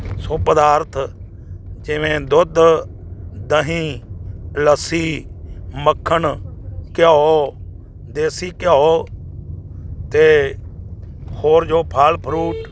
ਸੋ ਪਦਾਰਥ ਜਿਵੇਂ ਦੁੱਧ ਦਹੀਂ ਲੱਸੀ ਮੱਖਣ ਘਿਉ ਦੇਸੀ ਘਿਓ ਅਤੇ ਹੋਰ ਜੋ ਫਲ ਫਰੂਟ